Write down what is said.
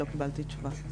אני לא קיבלתי תשובה.